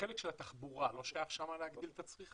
בחלק של התחבורה לא שייכת שם הגדלת הצריכה?